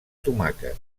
tomàquet